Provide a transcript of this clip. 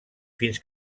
fins